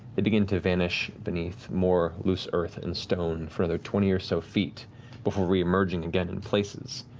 they begin to vanish beneath more loose earth and stone for another twenty or so feet before reemerging again in places.